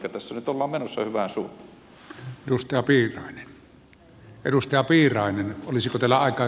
ehkä tässä nyt ollaan menossa hyvään suuntaan